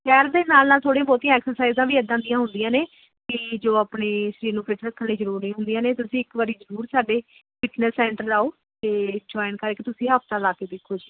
ਸੈਰ ਦੇ ਨਾਲ ਨਾਲ ਥੋੜ੍ਹੀਆਂ ਬਹੁਤੀਆਂ ਐਕਸਰਸਾਈਜ਼ਾਂ ਵੀ ਇੱਦਾਂ ਦੀਆਂ ਹੁੰਦੀਆਂ ਨੇ ਕਿ ਜੋ ਆਪਣੇ ਸਰੀਰ ਨੂੰ ਫਿਟ ਰੱਖਣ ਲਈ ਜ਼ਰੂਰੀ ਹੁੰਦੀਆਂ ਨੇ ਤੁਸੀਂ ਇੱਕ ਵਾਰੀ ਜ਼ਰੂਰ ਸਾਡੇ ਫਿਟਨੈਂਸ ਸੈਂਟਰ ਆਓ ਅਤੇ ਜੁਆਇੰਨ ਕਰਕੇ ਹਫਤਾ ਲਾ ਕੇ ਦੇਖੋ